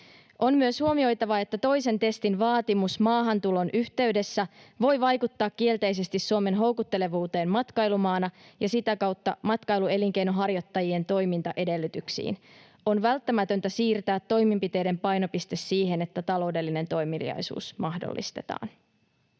”On myös huomioitava, että toisen testin vaatimus maahantulon yhteydessä voi vaikuttaa kielteisesti Suomen houkuttelevuuteen matkailumaana ja sitä kautta matkailuelinkeinonharjoittajien toimintaedellytyksiin. On välttämätöntä siirtää toimenpiteiden painopiste siihen, että taloudellinen toimeliaisuus mahdollistetaan.”